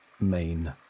main